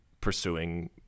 pursuing